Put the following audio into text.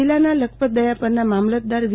જિલ્લાના લખપત દયાપરના મામલતદાર વી